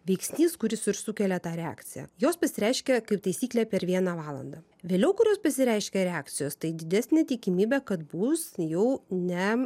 veiksnys kuris ir sukelia tą reakciją jos pasireiškia kaip taisyklė per vieną valandą vėliau kurios pasireiškia reakcijos tai didesnė tikimybė kad bus jau ne